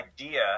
idea